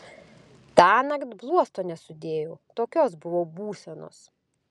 tąnakt bluosto nesudėjau tokios buvau būsenos